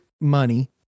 money